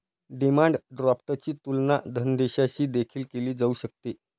demand ड्राफ्टची तुलना धनादेशाशी देखील केली जाऊ शकते